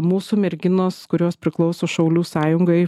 mūsų merginos kurios priklauso šaulių sąjungai